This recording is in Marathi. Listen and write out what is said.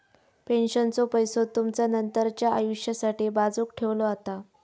पेन्शनचो पैसो तुमचा नंतरच्या आयुष्यासाठी बाजूक ठेवलो जाता